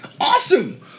Awesome